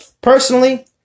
Personally